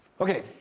Okay